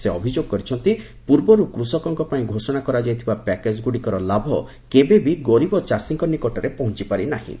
ସେ ଅଭିଯୋଗ କରିଛନ୍ତି ପୂର୍ବରୁ କୃଷକଙ୍କ ପାଇଁ ଘୋଷଣା କରାଯାଇଥିବା ପ୍ୟାକେଜ୍ ଗୁଡ଼ିକର ଲାଭ କେବେବି ଗରିବ ଚାଷୀଙ୍କ ପାଖରେ ପହଞ୍ଚିପାରି ନାହିଁ